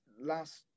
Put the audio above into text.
last